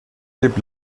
lebt